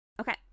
Okay